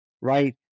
right